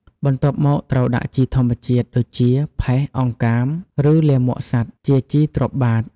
បន្ទាប់មកត្រូវដាក់ជីធម្មជាតិដូចជា ផេះ អង្កាម ឬលាមកសត្វជាជីទ្រាប់បាត។